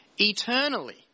eternally